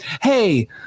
hey